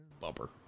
Bumper